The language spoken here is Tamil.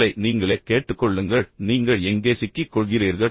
உங்களை நீங்களே கேட்டுக்கொள்ளுங்கள் நீங்கள் எங்கே சிக்கிக் கொள்கிறீர்கள்